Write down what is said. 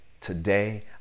Today